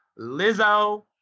lizzo